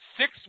six